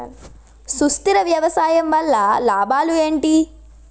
సుస్థిర వ్యవసాయం వల్ల లాభాలు ఏంటి?